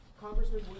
Congressman